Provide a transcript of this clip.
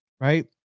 Right